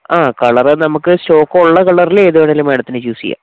ആ കളറ് നമുക്ക് സ്റ്റോക്ക് ഉള്ള കള്ളറിൽ ഏതു വേണമെങ്കിലും മേഡത്തിന് ചൂസ് ചെയ്യാം